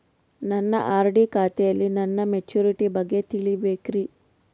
ನನ್ನ ಆರ್.ಡಿ ಖಾತೆಯಲ್ಲಿ ನನ್ನ ಮೆಚುರಿಟಿ ಬಗ್ಗೆ ತಿಳಿಬೇಕ್ರಿ